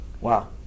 Wow